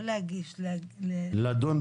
לא להגיש, לדון.